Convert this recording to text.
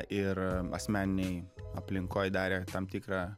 ir asmeninėj aplinkoj darė tam tikrą